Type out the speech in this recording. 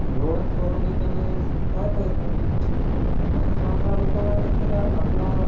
आणि एवढं सगळं काही त्याला पाहता येत नाही म्हणून सहसा लोक काय करतात की आपलं